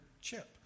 chip